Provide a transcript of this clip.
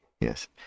yes